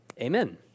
amen